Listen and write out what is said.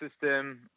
system